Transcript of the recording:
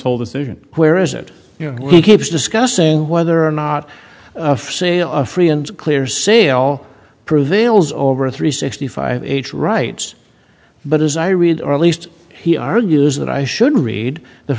whole decision where is it you know he keeps discussing whether or not a sale a free and clear sale prevails over three sixty five age rights but as i read or at least he argues that i should read the